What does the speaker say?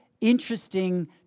interesting